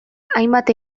hainbat